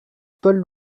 paul